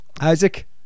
Isaac